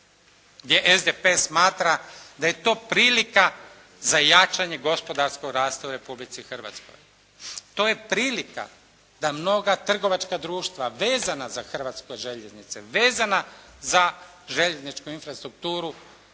gdje SDP smatra da je to prilika za jačanje gospodarskog rasta u Republici Hrvatskoj. To je prilika da mnoga trgovačka društva vezana za Hrvatske željeznice, vezana za željezničku infrastrukturu